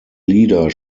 lieder